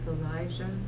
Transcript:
Elijah